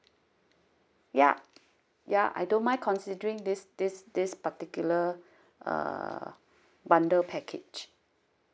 yup ya I don't mind considering this this this particular uh bundle package